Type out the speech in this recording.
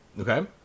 Okay